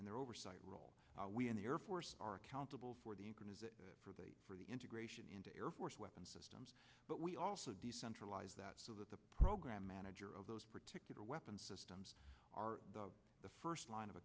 and their oversight role we in the air force are accountable for the for the for the integration into air force weapon systems but we also decentralized that so that the program manager of those particular weapon systems are the first line of